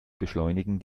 beschleunigen